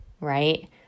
right